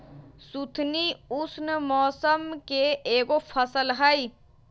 सुथनी उष्ण मौसम के एगो फसल हई